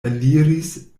eliris